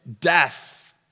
death